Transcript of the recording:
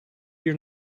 your